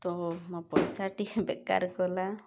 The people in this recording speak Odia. ତ ମୋ ପଇସାଟି ବେକାର କଲା